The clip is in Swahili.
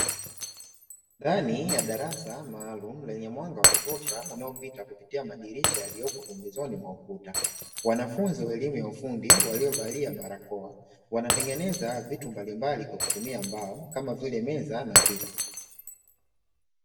Ndani ya darasa maalumu lenye mwanga wa kutosha unaopita kupitia madirisha yaliyoko pembezoni mwa ukuta, wanafunzi wa elimu ya ufundi waliovalia barakoa, wanatengeneza vitu mbalimbali kwa kutumia mbao, kama vile meza na viti.